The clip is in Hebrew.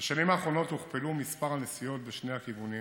ולהלן התייחסותם: בשנים האחרונות הוכפלו מספרי הנסיעות בשני הכיוונים